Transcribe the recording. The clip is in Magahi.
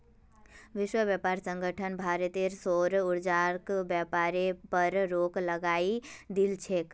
विश्व व्यापार संगठन भारतेर सौर ऊर्जाक व्यापारेर पर रोक लगई दिल छेक